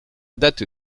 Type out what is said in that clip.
date